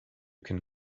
can